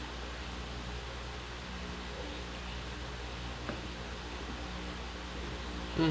mm